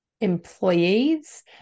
employees